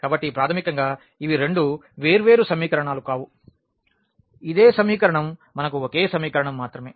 కాబట్టి ప్రాథమికంగా ఇవి రెండు వేర్వేరు సమీకరణాలు కావు ఇదే సమీకరణం మనకు ఒకే సమీకరణం మాత్రమే